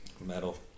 Metal